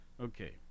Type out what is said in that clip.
Okay